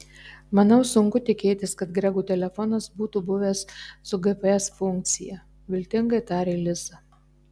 manau sunku tikėtis kad grego telefonas būtų buvęs su gps funkcija viltingai tarė liza